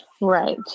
Right